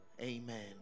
amen